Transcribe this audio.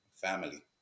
Family